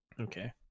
Okay